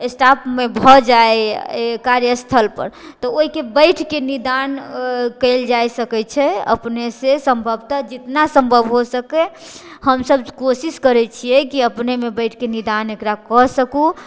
स्टाफमे भऽ जाइ अइ कार्यस्थलपर तऽ ओइके बैठके निदान कयल जा सकै छै अपनेसँ सम्भवतः जितना सम्भव हो सकै हमसब कोशिश करै छियै कि अपनेमे बैठके निदान एकरा कऽ सकू